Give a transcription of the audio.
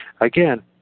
Again